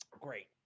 Great